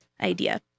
idea